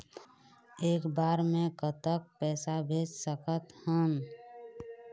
एक बार मे कतक पैसा भेज सकत हन?